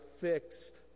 fixed